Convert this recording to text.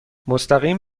مستقیم